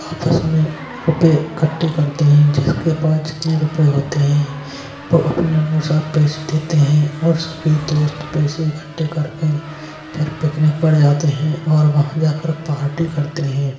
आपस में रुपये इकट्ठे करते हैं जिसके पास जितने रुपये होते हैं वो अपने अनुसार पैसे देते हैं और सभी दोस्त पैसे इकट्ठे करके फिर पिकनिक पर जाते हैं और वहाँ जाकर पार्टी करते हैं